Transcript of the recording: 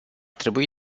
trebui